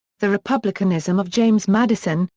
the republicanism of james madison,